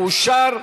אושרה.